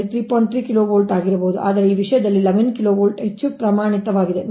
3 kv ಆಗಿರಬಹುದು ಆದರೆ ಈ ವಿಷಯದಲ್ಲಿ 11 kV ಹೆಚ್ಚು ಪ್ರಮಾಣಿತವಾಗಿದೆ